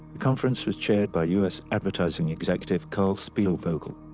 conference was chaired by u s. advertising executive carl spielvogel,